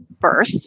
birth